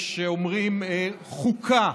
יש שאומרים חוקה.